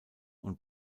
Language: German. und